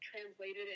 Translated